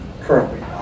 currently